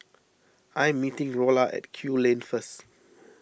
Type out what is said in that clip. I am meeting Rolla at Kew Lane first